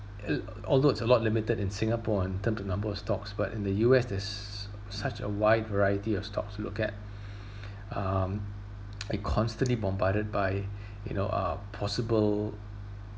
uh although it's a lot limited in singapore in terms of number of stocks but in the U_S there is such a wide variety of stocks to look at um it constantly bombarded by you know uh possible